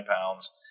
pounds